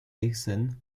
essen